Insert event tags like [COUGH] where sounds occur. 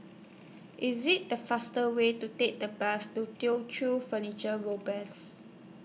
IS IT The faster Way to Take The Bus to Teochew Furniture [UNINTELLIGIBLE]